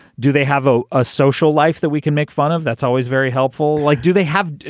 do they have a ah social life that we can make fun of. that's always very helpful. like do they have.